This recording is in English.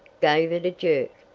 gave it a jerk,